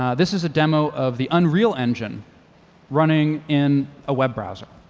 ah this is a demo of the unreal engine running in a web browser.